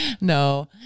No